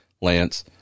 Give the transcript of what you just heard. Lance